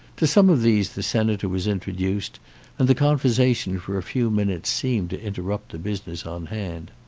to some of these the senator was introduced and the conversation for a few minutes seemed to interrupt the business on hand.